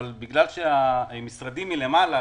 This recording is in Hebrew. אבל בגלל שהמשרדים מלמעלה,